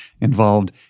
involved